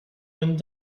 went